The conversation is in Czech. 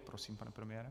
Prosím, pane premiére.